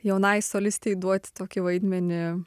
jaunai solistei duoti tokį vaidmenį